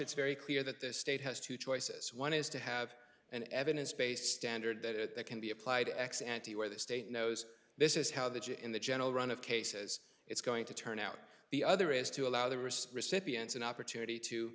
it's very clear that this state has two choices one is to have an evidence based standard that can be applied ex ante where the state knows this is how that in the general run of cases it's going to turn out the other is to allow the risk recipients an opportunity to